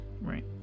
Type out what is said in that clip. Right